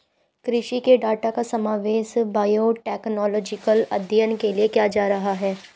कृषि के डाटा का समावेश बायोटेक्नोलॉजिकल अध्ययन के लिए किया जा रहा है